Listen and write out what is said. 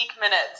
minutes